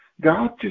God